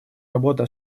работа